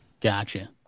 gotcha